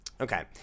Okay